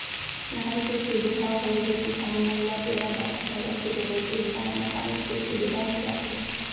नहर के सुबिधा होय ले किसान मन ल बेरा बखत फसल के जरूरत के हिसाब म पानी के सुबिधा हो जाथे